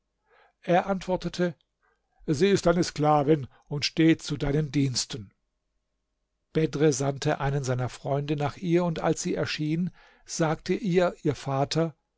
er antwortete sie ist deine sklavin und steht zu deinen diensten bedr sandte einen seiner freunde nach ihr und als sie erschien sagte ihr ihr vater